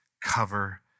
cover